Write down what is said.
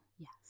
Yes